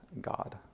God